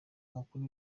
abakuru